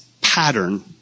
pattern